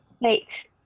Wait